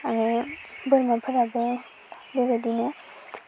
आरो बोरमाफोराबो बेबायदिनो